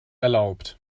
erlaubt